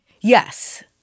Yes